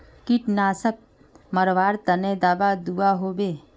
कीटनाशक मरवार तने दाबा दुआहोबे?